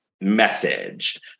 Message